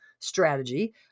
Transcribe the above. Strategy